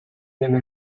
nella